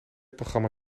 programma